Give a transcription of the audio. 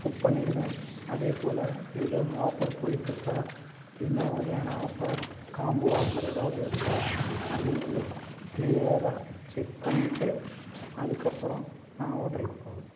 book பண்ணிடுவேன் அதே போல் எதுவும் ஆஃபர் போய்கிட்டுருக்கா என்ன வகையான ஆஃபர் காம்போ ஆஃபர் ஏதாவது இருக்கா அப்படிங்கிறத கிளீயராக செக் பண்ணிவிட்டு அதுக்கப்புறம் நான் ஹோட்டலுக்கு போவேன்